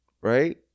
right